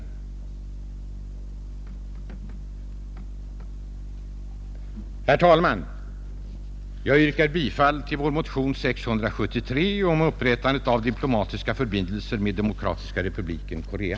Herr talman! Jag yrkar bifall till vår motion nr 673 om upprättande av diplomatiska förbindelser med Demokratiska folkrepubliken Korea,